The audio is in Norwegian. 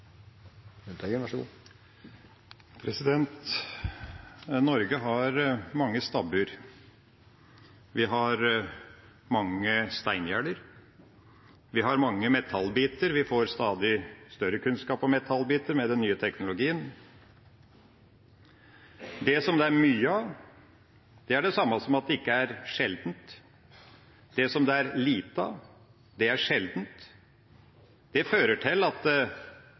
Norge har mange stabbur. Vi har mange steingjerder. Vi har mange metallbiter. Vi får stadig større kunnskap om metallbiter med den nye teknologien. Det som det er mye av, er det samme som at det ikke er sjeldent. Det som det er lite av, er sjeldent. Det fører til at